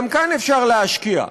גם כאן אפשר להשקיע.